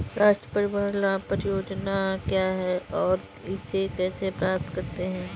राष्ट्रीय परिवार लाभ परियोजना क्या है और इसे कैसे प्राप्त करते हैं?